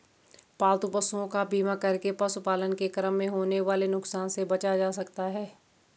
पालतू पशुओं का बीमा करके पशुपालन के क्रम में होने वाले नुकसान से बचा जा सकता है